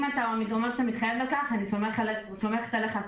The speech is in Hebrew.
אם אתה אומר שאתה מתחייב לכך אני סומכת עליך,